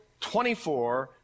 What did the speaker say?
24